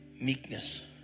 Meekness